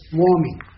warming